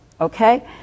okay